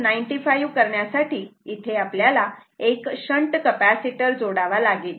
95 करण्यासाठी इथे आपल्याला एक शंट कपॅसिटर जोडावा लागेल